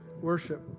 Worship